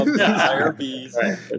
IRBs